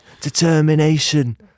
determination